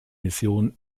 mission